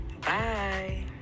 Bye